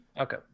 okay